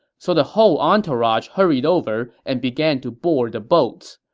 so the whole entourage hurried over and began to board the boats.